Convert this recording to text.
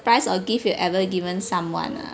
surprise or gift you ever given someone ah